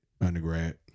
undergrad